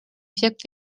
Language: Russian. эффект